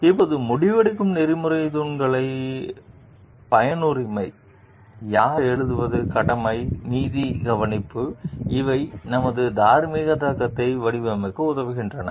இப்போது முடிவெடுக்கும் நெறிமுறைத் தூண்களான பயனுரிமை யார் எழுதுவது கடமைகள் நீதிக் கவனிப்பு இவை நமது தார்மீக தர்க்கத்தை வடிவமைக்க உதவுகின்றன